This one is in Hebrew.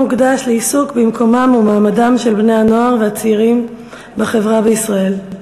יום המוקדש לעיסוק במקומם ומעמדם של בני-הנוער והצעירים בחברה בישראל.